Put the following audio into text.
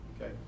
Okay